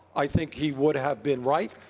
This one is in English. i think he would have been right.